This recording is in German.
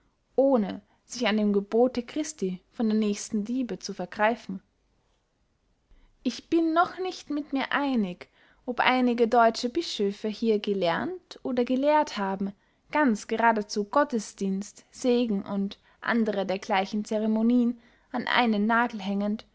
ohne sich an dem gebote christi von der nächstenliebe zu vergreifen ich bin noch nicht mit mir einig ob einige deutsche bischöffe hier gelernt oder gelehrt haben ganz geradezu gottesdienst segen und andere dergleichen ceremonien an einen nagel hängend